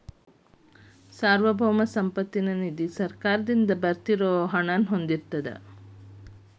ಸಾರ್ವಭೌಮ ಸಂಪತ್ತ ನಿಧಿ ಸರ್ಕಾರದಿಂದ ಉತ್ಪತ್ತಿ ಆಗೋ ಹಣನ ಹೊಂದಿರತ್ತ